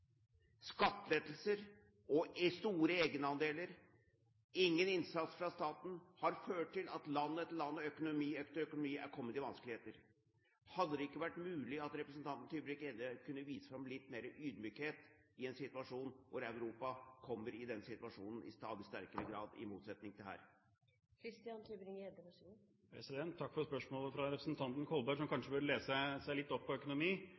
Skattelettelser og store egenandeler, ingen innsats fra staten, har ført til at land etter land og økonomi etter økonomi er kommet i vanskeligheter. Hadde det ikke vært mulig at representanten Tybring-Gjedde kunne vise litt mer ydmykhet i en situasjon hvor Europa i stadig sterkere grad kommer i vanskeligheter, i motsetning til her? Takk for spørsmålet fra representanten Kolberg, som kanskje burde lese seg litt opp på økonomi.